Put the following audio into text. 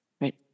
Right